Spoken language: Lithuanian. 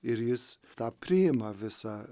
ir jis tą priima visą